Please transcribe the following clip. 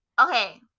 Okay